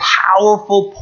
powerful